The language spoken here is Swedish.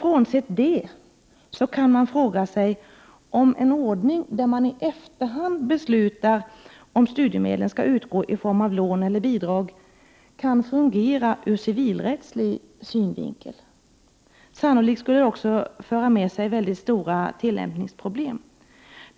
Frånsett det kan man fråga sig om en ordning, där man i efterhand beslutar om studiemedlen skall utgå i form av lån eller i form av bidrag, kan fungera ur civilrättslig synvinkel. Sannolikt skulle det föra med sig väldigt stora tillämpningsproblem.